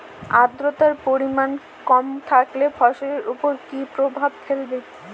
আদ্রর্তার পরিমান কম থাকলে ফসলের উপর কি কি প্রভাব ফেলবে?